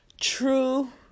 true